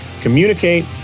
communicate